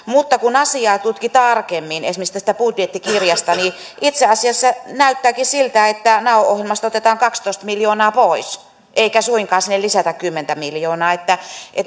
mutta kun asiaa tutki tarkemmin esimerkiksi tästä budjettikirjasta niin itse asiassa näyttääkin siltä että nao ohjelmasta otetaan kaksitoista miljoonaa pois eikä suinkaan sinne lisätä kymmentä miljoonaa että